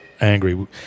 angry